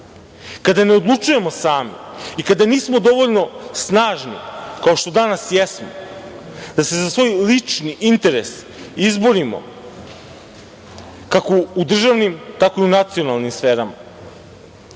kada ne odlučujemo sami i kada nismo dovoljno snažni kao što danas jesmo, da se za svoj lični interes izborimo kako u državnim, tako i u nacionalnim sferama.I